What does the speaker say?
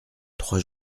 trois